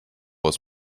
aus